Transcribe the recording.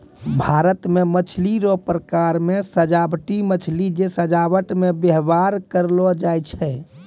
भारत मे मछली रो प्रकार मे सजाबटी मछली जे सजाबट मे व्यवहार करलो जाय छै